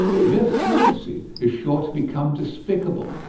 mere fluency is sure to become despicable,